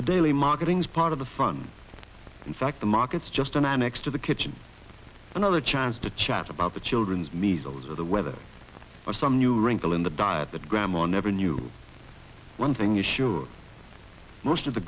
the daily marketing's part of the fun in fact the markets just an annex to the kitchen another chance to chat about the children's measles or the weather or some new wrinkle in the diet that grandma never knew one thing is sure most of the